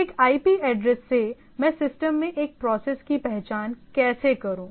एक IP address से मैं सिस्टम में एक प्रोसेस की पहचान कैसे करूं